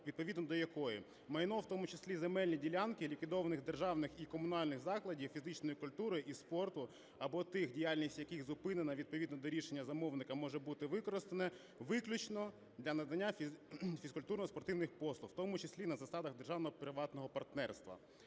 відповідно до якої майно, в тому числі земельні ділянки, ліквідованих державних і комунальних закладів фізичної культури і спорту або тих, діяльність яких зупинена, відповідно до рішення замовника може бути використане виключно для надання фізкультурно-спортивних послуг, в тому числі на засадах державно-приватного партнерства.